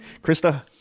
Krista